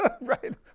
Right